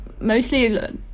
mostly